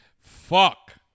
Fuck